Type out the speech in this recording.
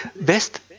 Best